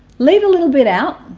leave a little bit out